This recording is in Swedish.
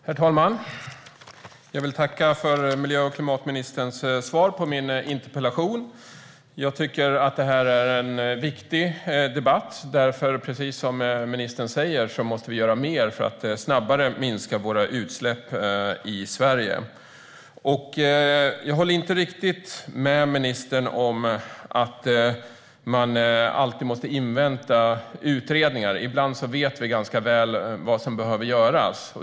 Herr talman! Jag vill tacka för miljö och klimatministerns svar på min interpellation. Jag tycker att detta är en viktig debatt därför att vi, precis som ministern säger, måste göra mer för att snabbare minska våra utsläpp i Sverige. Jag håller inte riktigt med ministern om att man alltid måste invänta utredningar. Ibland vet vi ganska väl vad som behöver göras.